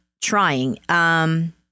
trying